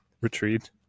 retreat